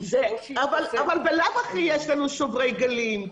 אבל ממילא יש לנו שוברי גלים.